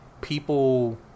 People